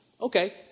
Okay